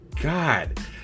God